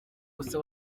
gusa